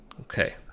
Okay